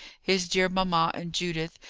his dear mamma and judith,